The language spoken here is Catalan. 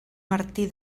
martí